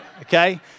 Okay